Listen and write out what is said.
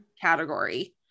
category